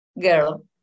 girl